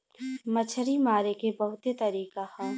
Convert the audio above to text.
मछरी मारे के बहुते तरीका हौ